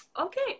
okay